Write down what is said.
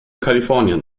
kalifornien